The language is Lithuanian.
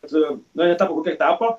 kad jinai tapo kokia tapo